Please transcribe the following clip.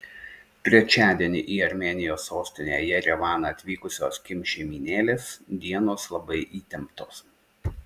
trečiadienį į armėnijos sostinę jerevaną atvykusios kim šeimynėlės dienos labai įtemptos